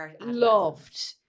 loved